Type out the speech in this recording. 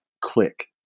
click